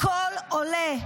הכול עולה.